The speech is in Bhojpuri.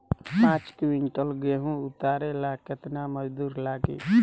पांच किविंटल गेहूं उतारे ला केतना मजदूर लागी?